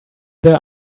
there